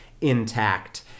intact